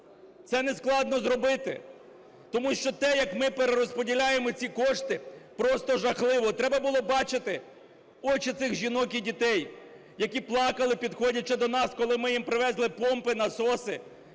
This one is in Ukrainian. Це нескладно зробити. Тому що те, як ми перерозподіляємо ці кошти, просто жахливо. Треба було бачити очі цих жінок і дітей, які плакали, підходячи до нас, коли ми їм привезли помпи, насоси,